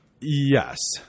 yes